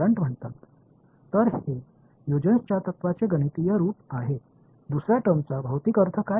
எனவே இது ஹ்யூஜனின்Huygen's கொள்கையின் கணித வடிவம் இரண்டாவது வெளிப்பாட்டின் பிஸிக்கல் விளக்கம் என்ன